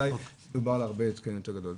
בוודאי אם מדובר על התקן יותר גדול.